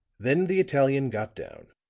then the italian got down,